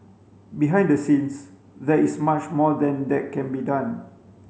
behind the scenes there is much more than that can be done